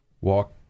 walk